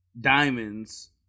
diamonds